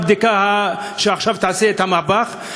MRI זו לא הבדיקה שעכשיו תעשה את המהפך.